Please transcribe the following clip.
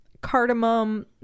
Cardamom